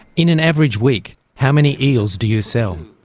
in an average week, how many eels do you sell?